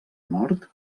nord